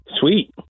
Sweet